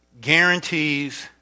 Guarantees